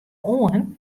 oan